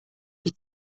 wie